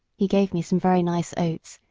he gave me some very nice oats,